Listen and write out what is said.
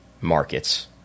markets